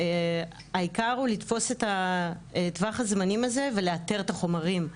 העיקר הוא לתפוס את הטווח הזמנים הזה ולאתר את החומרים,